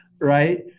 right